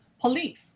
police